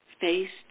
faced